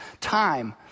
time